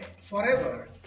forever